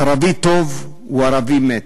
ערבי טוב הוא ערבי מת,